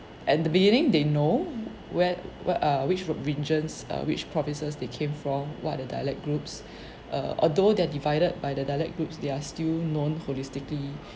and the beginning they know where where err which regions uh which provinces they came from what are the dialect groups err although they're divided by the dialect groups there still known holistically